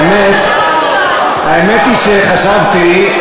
האמת היא שחשבתי,